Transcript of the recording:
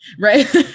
right